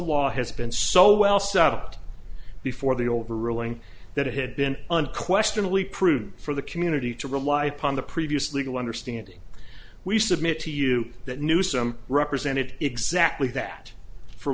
law has been so well stopped before the old ruling that it had been unquestionably prudent for the community to rely upon the previous legal understanding we submit to you that knew some represented exactly that for